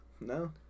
No